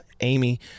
Amy